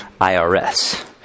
IRS